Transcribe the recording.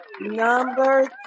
Number